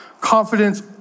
confidence